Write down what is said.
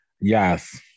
yes